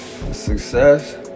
Success